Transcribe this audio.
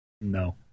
No